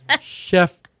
Chef